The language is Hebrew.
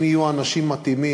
אם יהיו בוועדות אנשים מתאימים,